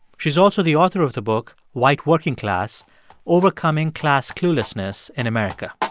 she's also the author of the book white working class overcoming class cluelessness in america.